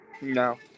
No